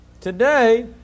Today